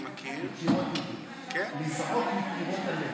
מגוונות לאנשים זקנים או אזרחים ותיקים,